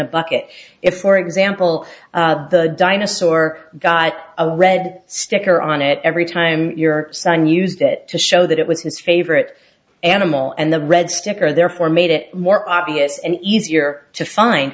a bucket if for example the dinosaur got a red sticker on it every time your son used it to show that it was his favorite animal and the red sticker therefore made it more obvious and easier to find